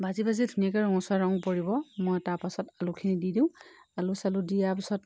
ভাজি ভাজি ধুনীয়াকৈ ৰঙচুৱা ৰং পৰিব মই তাৰ পাছত আলুখিনি দি দিওঁ আলু চালু দিয়াৰ পাছত